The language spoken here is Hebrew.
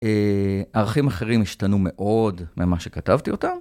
ערכים אחרים השתנו מאוד ממה שכתבתי אותם.